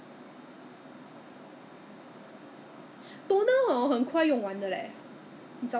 so but boys my boys helped me to Google so they have this this brand from China what ah no brand one I don't know